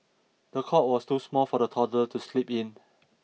the cot was too small for the toddler to sleep in